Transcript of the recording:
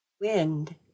Wind